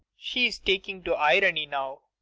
she's taking to irony now.